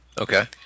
Okay